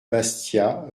bastia